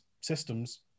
systems